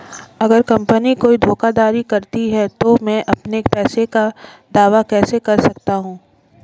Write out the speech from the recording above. अगर कंपनी कोई धोखाधड़ी करती है तो मैं अपने पैसे का दावा कैसे कर सकता हूं?